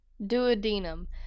Duodenum